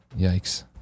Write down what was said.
Yikes